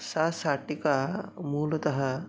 सा शाटिका मूलतः